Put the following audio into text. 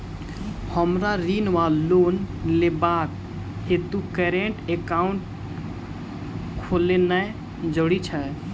हमरा ऋण वा लोन लेबाक हेतु करेन्ट एकाउंट खोलेनैय जरूरी छै?